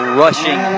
rushing